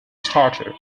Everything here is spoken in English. starter